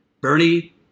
Bernie